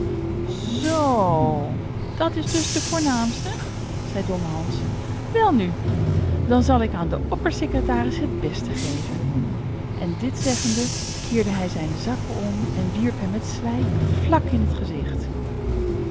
zoo dat is dus de voornaamste zei domme hans welnu dan zal ik aan den oppersecretaris het beste geven en dit zeggende keerde hij zijne zakken om en wierp hem het slijk vlak in het gezicht